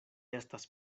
estas